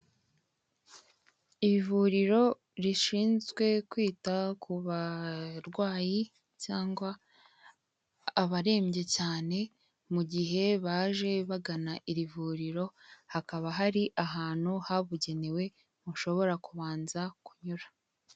Ivuriro rishinzwe kwita kubarwayi cyangwa abarembye cyane, mugihe baje bagana iri vuriro hakaba hari ahantu habugenewe bashobora kubanza kunyura.